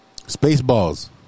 Spaceballs